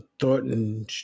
Thornton